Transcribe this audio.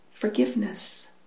Forgiveness